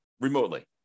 remotely